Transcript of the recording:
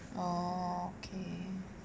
oh okay